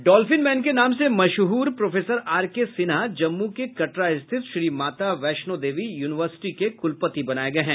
dolphin man के नाम से मशहूर professor R K Sinha Jammu के कटरा स्थित श्री माता वैष्णोदेवी यूनिवर्ससिटी के कुलपति बनाये गये हैं